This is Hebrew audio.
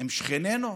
עם שכנינו?